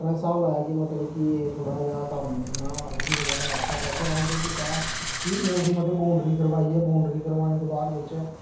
होर असें स्हाब लाया कि मतलब कि एह् थोह्ड़ा जेहा कम्म ना ओह्दी बजह् कन्नै बी साढ़ा फिर असें केह् कीता कि उं'दी मतलब कि बौंड्री करवाइयै बौंड्री करवाने दे बाद बिच्च